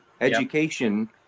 education